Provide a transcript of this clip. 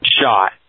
shot